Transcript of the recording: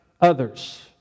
others